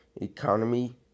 economy